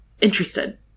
interested